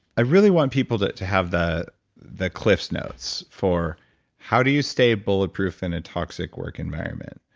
i really want people to to have the the cliffsnotes for how do you stay bulletproof in a toxic work environment.